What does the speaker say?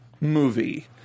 movie